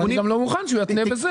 אבל אני גם לא מוכן שהוא יתנה בזה.